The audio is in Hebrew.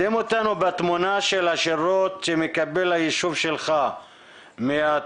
שימו אותנו בתמונה של השירות שמקבל היישוב שלך מהתאגיד.